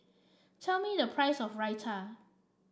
tell me the price of Raita